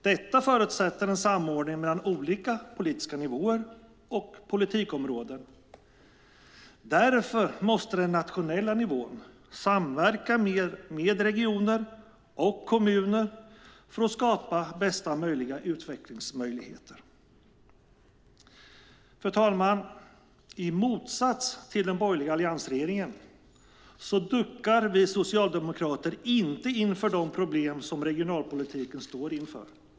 Detta förutsätter en samordning mellan olika politiska nivåer och politikområden. Därför måste den nationella nivån samverka mer med regioner och kommuner för att skapa bästa möjliga utvecklingsmöjligheter. Fru talman! I motsats till den borgerliga alliansregeringen duckar vi socialdemokrater inte inför de problem som regionalpolitiken står inför.